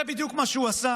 זה בדיוק מה שהוא עשה.